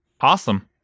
Awesome